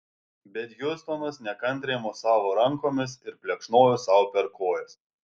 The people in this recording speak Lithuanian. bet hiustonas nekantriai mosavo rankomis ir plekšnojo sau per kojas